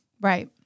Right